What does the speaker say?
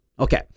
Okay